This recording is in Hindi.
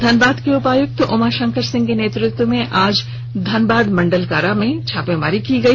धनबाद उपायुक्त उमा शंकर सिंह के नेतृत्व में आज धनबाद मंडल कारा में छापामारी की गई